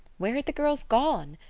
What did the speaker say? where had the girls gone?